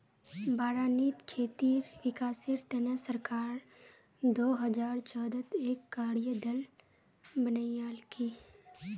बारानीत खेतीर विकासेर तने सरकार दो हजार चौदहत एक कार्य दल बनैय्यालकी